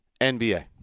NBA